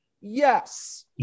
Yes